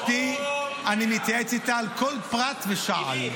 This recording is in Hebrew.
אשתי, אני מתייעץ איתה על כל פרט ושעל.